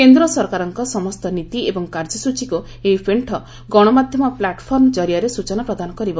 କେନ୍ଦ୍ର ସରକାରଙ୍କ ସମସ୍ତ ନୀତି ଏବଂ କାର୍ଯ୍ୟସ୍ଚୀକୁ ଏହି ପେଶ୍ଚ ଗଣମାଧ୍ୟମ ପ୍ଲାଟ୍ଫର୍ମ ଜରିଆରେ ସୂଚନା ପ୍ରଦାନ କରିବ